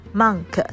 monk